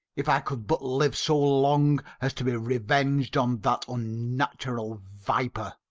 if i could but live so long as to be revenged on that unnatural viper.